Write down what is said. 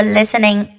listening